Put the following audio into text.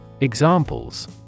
Examples